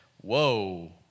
Whoa